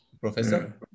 professor